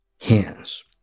hands